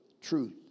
truth